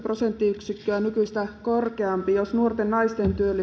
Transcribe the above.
prosenttiyksikköä nykyistä korkeampi jos nuorten naisten